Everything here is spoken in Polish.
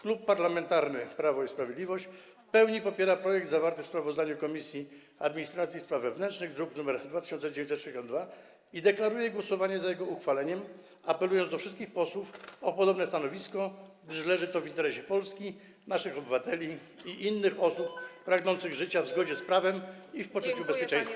Klub Parlamentarny Prawo i Sprawiedliwość w pełni popiera projekt zawarty w sprawozdaniu Komisji Administracji i Spraw Wewnętrznych, druk nr 2962, i deklaruje głosowanie za jego uchwaleniem, apelując do wszystkich posłów o podobne stanowisko, gdyż leży to w interesie Polski, naszych obywateli i innych osób pragnących życia w zgodzie z prawem i w poczuciu bezpieczeństwa.